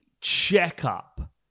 checkup